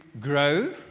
grow